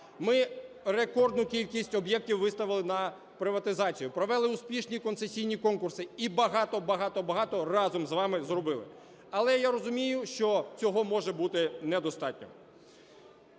Ми рекордну кількість об'єктів виставили на приватизацію, провели успішні концесійні конкурси і багато-багато-багато разом з вами зробили. Але я розумію, що цього може бути недостатньо.